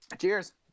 Cheers